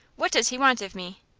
what does he want of me?